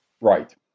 Right